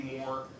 more